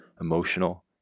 emotional